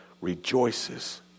rejoices